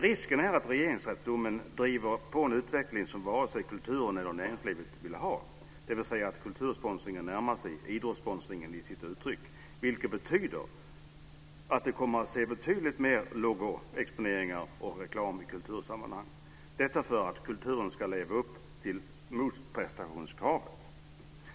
Risken är att Regeringsrättens dom driver på en utveckling som varken kulturen eller näringslivet vill ha, dvs. att kultursponsringen närmar sig idrottssponsringen i sitt uttryck, vilket betyder att vi kommer att få se betydligt fler logoexponeringar och reklam i kultursammanhang - detta för att kulturen ska leva upp till motprestationskravet.